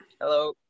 Hello